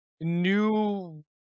new